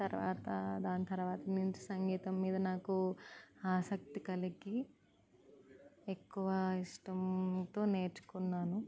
తర్వాత దాని తర్వాత నుంచి సంగీతం మీద నాకు ఆసక్తి కలిగి ఎక్కువ ఇష్టంతో నేర్చుకున్నాను